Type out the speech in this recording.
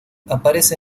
aparece